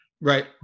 Right